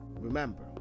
remember